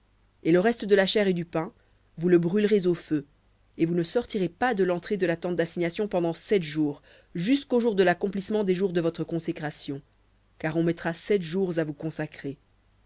et le reste de la chair et du pain vous le brûlerez au feu et vous ne sortirez pas de l'entrée de la tente d'assignation pendant sept jours jusqu'au jour de l'accomplissement des jours de votre consécration car on mettra sept jours à vous consacrer